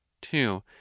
two